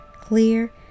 Clear